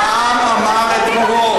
העם אמר את דברו,